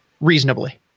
reasonably